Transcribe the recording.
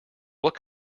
what